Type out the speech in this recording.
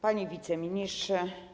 Panie Wiceministrze!